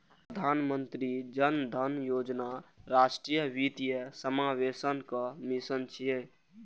प्रधानमंत्री जन धन योजना राष्ट्रीय वित्तीय समावेशनक मिशन छियै